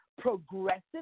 progressive